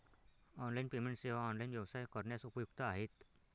online payment सेवा online व्यवसाय करण्यास उपयुक्त आहेत